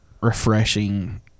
refreshing